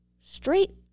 straight